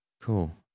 Cool